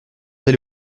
elle